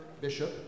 bishop